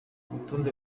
rutonde